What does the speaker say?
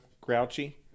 grouchy